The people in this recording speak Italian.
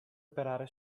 operare